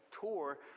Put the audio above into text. tour